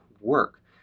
work